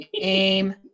aim